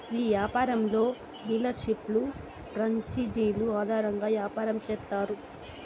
ఈ యాపారంలో డీలర్షిప్లు ప్రాంచేజీలు ఆధారంగా యాపారం చేత్తారు